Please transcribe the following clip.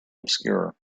obscure